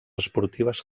esportives